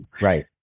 Right